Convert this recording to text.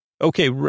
okay